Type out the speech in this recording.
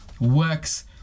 works